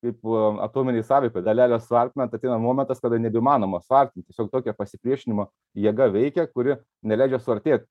kaip atominėj sąveikoj daleles suartina ateina momentas kada nebeįmanoma suartinti tiesiog tokia pasipriešinimo jėga veikia kuri neleidžia suartėt